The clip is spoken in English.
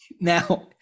now